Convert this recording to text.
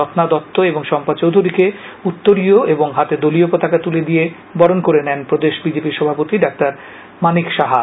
রন্না দত্ত এবং শম্পা চৌধুরীকে উত্তরীয় এবং হাতে দলীয় পতাকা তুলে দিষে বরণ করে নেন প্রদেশ বিজেপি সভাপতি ডামানিক সাহা